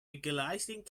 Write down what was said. legalizing